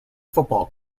football